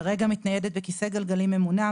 כרגע מתניידת בכיסא גלגלים ממונע,